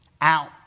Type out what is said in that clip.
out